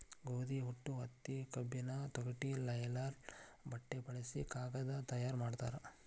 ಗೋದಿ ಹೊಟ್ಟು ಹತ್ತಿ ಕಬ್ಬಿನ ತೊಗಟಿ ಲೈಲನ್ ಬಟ್ಟೆ ಬಳಸಿ ಕಾಗದಾ ತಯಾರ ಮಾಡ್ತಾರ